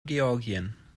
georgien